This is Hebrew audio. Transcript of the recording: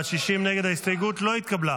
הסתייגות 75 לא נתקבלה.